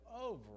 over